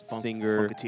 singer